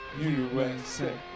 USA